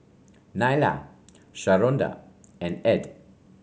Nyla Sharonda and Ed